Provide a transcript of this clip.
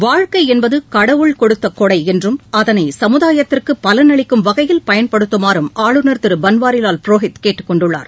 வாழ்க்கை என்பது கடவுள் கொடுத்த கொடை என்றும் அதனை சமுதாயத்திற்கு பலனளிக்கும் வகையில் பயன்படுத்துமாறும் ஆளுநர் திரு பன்வாரிலால் புரோஹித் கேட்டுக் கொண்டுள்ளார்